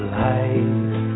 life